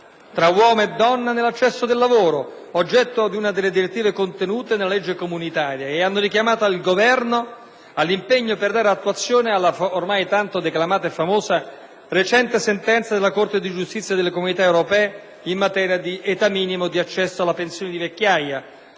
tra uomo e donna nell'accesso al lavoro, oggetto di una delle direttive contenute nella legge comunitaria, e hanno richiamato il Governo all'impegno per dare attuazione alla ormai tanto declamata e famosa recente sentenza della Corte di giustizia delle Comunità europee in materia di età minima per l'accesso alla pensione di vecchiaia.